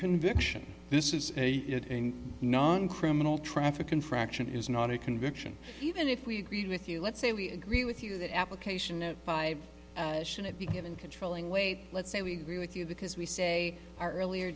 conviction this is a non criminal traffic infraction is not a conviction even if we agree with you let's say we agree with you that application of five shouldn't be given controlling weight let's say we agree with you because we say our earlier